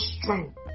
strength